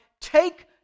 take